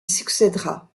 succèdera